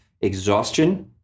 exhaustion